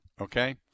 okay